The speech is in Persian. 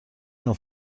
نوع